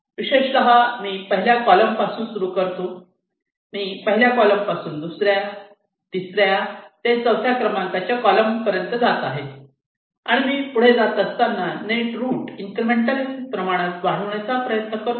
विशेषत मी पहिल्या कॉलमपासून सुरू करतो मी पहिल्या कॉलमपासून दुसऱ्या तिसऱ्या ते चौथ्या क्रमांकाच्या कॉलमपर्यंत जात आहे आणि मी पुढे जात असताना नेट रूट इनक्रेमेंटल्य प्रमाणात वाढवण्याचा प्रयत्न करतो